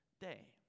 day